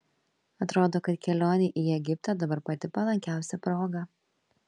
atrodo kad kelionei į egiptą dabar pati palankiausia proga